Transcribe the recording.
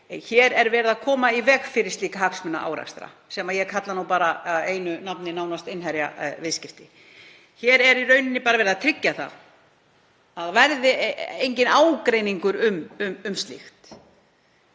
hér er verið að koma í veg fyrir slíka hagsmunaárekstra, sem ég kalla nú einu nafni nánast innherjaviðskipti. Hér er í rauninni bara verið að tryggja að enginn ágreiningur verði um slíkt.